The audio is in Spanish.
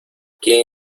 quién